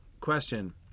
question